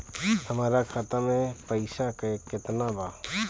हमरा खाता में पइसा केतना बा?